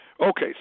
Okay